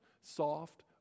soft